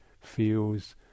feels